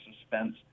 suspense